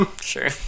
Sure